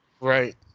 Right